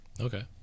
Okay